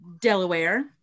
delaware